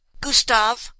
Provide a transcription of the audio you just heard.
Gustave